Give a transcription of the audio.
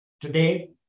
Today